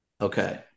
Okay